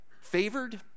Favored